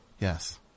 Yes